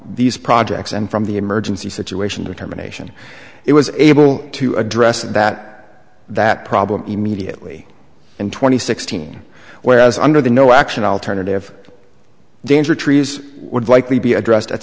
these projects and from the emergency situation determination it was able to address that that problem immediately and twenty sixteen whereas under the no action alternative danger trees would likely be addressed at